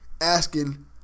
asking